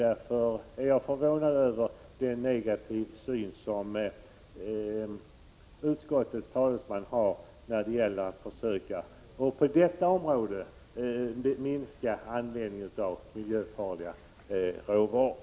Jag är därför förvånad över den negativa syn som utskottets talesman har när det gäller att försöka minska användningen av miljöfarliga råvaror.